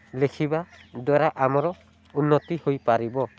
ଲେଖିବା ଦ୍ୱାରା ଆମର ଉନ୍ନତି ହୋଇପାରିବ